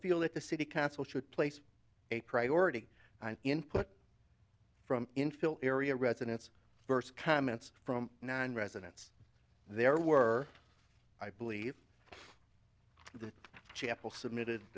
feel that the city council should place a priority on input from infield area residents first comments from nine residents there were i believe the chapel submitted